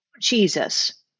Jesus